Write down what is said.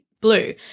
blue